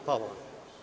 Hvala vam.